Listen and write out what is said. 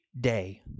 day